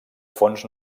fons